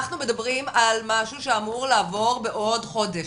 אנחנו מדברים על משהו שאמור לעבור בעוד חודש,